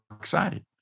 excited